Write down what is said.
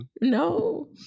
No